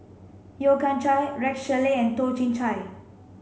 Yeo Kian Chai Rex Shelley and Toh Chin Chye